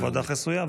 או ועדה חסויה.